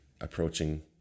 approaching